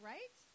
Right